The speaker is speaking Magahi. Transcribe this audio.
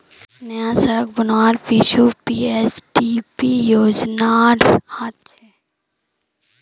नया सड़क बनवार पीछू पीएफडीपी योजनार हाथ छेक